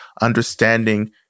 understanding